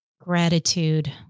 Gratitude